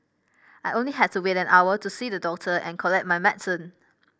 I only had to wait an hour to see the doctor and collect my medicine